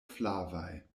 flavaj